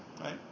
right